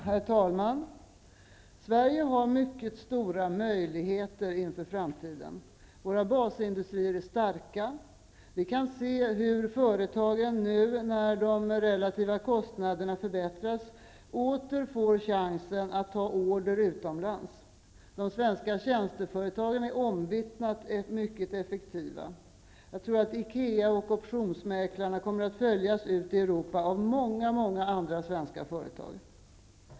Herr talman! Sverige har mycket stora möjligheter inför framtiden. Våra basindustrier är starka. Vi kan se hur företagen nu, när de relativa kostnaderna förbättras, åter får chansen att ta order utomlands. De svenska tjänsteföretagen är omvittnat mycket effektiva. Jag tror att IKEA och Optionsmäklarna kommer att följas ut i Europa av många andra svenska företag.